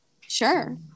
Sure